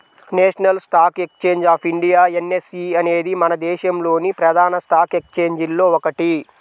national Stock Exchange of India NSE అనేది మన దేశంలోని ప్రధాన స్టాక్ ఎక్స్చేంజిల్లో ఒకటి